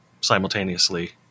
simultaneously